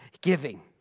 Giving